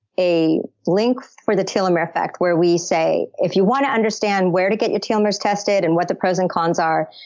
a link for the telomere effect, where we say if you want to understand where to get your telomeres tested, and what the pros and cons are,